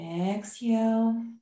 exhale